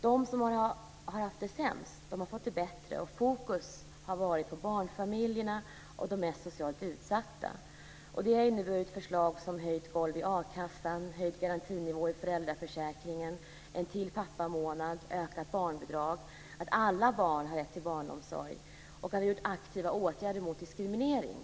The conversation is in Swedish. De som haft det sämst har fått det bättre. Fokus har legat på barnfamiljerna och de mest socialt utsatta. Det har inneburit förslag som höjt golv i akassan, höjd garantinivå i föräldraförsäkringen, en till pappamånad, ökat barnbidrag och rätt till barnomsorg för alla barn. Vi har också vidtagit aktiva åtgärder mot diskriminering.